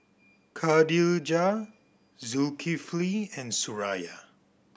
Khadija Zulkifli and Suraya